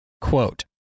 quote